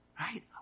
Right